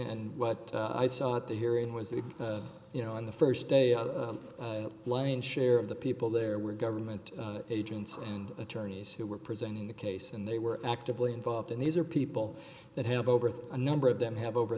and what i saw at the hearing was that you know on the first day of the lion share of the people there were government agents and attorneys who were present in the case and they were actively involved in these are people that have over a number of them have over